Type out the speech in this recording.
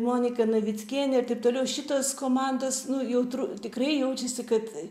monika navickienė ir taip toliau šitos komandos nu jautru tikrai jaučiasi kad